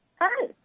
Hi